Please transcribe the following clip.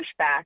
pushback